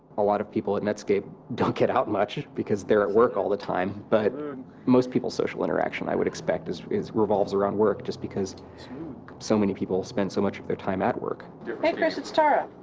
a lot of people at netscape don't get out much because they're at work all the time but most of people's social interaction i would expect is is revolves around work just because so many people spend so much of their time at work. hi chris, it's tara